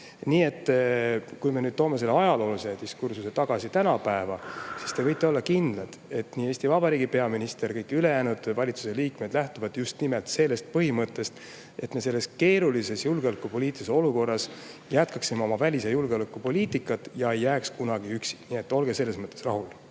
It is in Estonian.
Nii et kui me nüüd toome selle ajaloolise diskursuse tänapäeva, siis te võite olla kindlad, et nii Eesti Vabariigi peaminister kui ka kõik ülejäänud valitsuse liikmed lähtuvad just nimelt sellest põhimõttest, et me selles keerulises julgeolekupoliitilises olukorras jätkaksime oma välis- ja julgeolekupoliitikat ega jääks kunagi üksi. Nii et olge selles mõttes rahul.